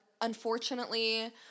unfortunately